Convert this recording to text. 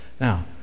Now